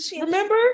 Remember